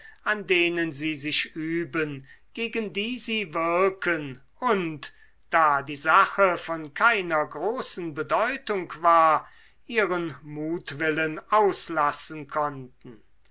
an denen sie sich üben gegen die sie wirken und da die sache von keiner großen bedeutung war ihren mutwillen auslassen konnten